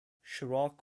chirac